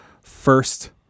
first